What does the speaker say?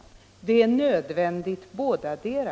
Det ena utesluter inte det andra. Det är nödvändigt med bådadera.